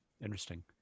Interesting